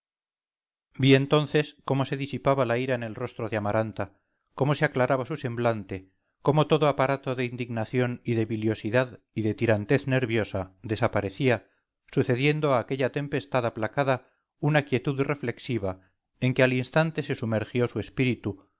vi entonces cómo se disipaba la ira en el rostro de amaranta cómo se aclaraba su semblante cómo todo aparato de indignación y de biliosidad y de tirantez nerviosa desaparecía sucediendo a aquella tempestad aplacada una quietud reflexiva en que al instante se sumergió su espíritu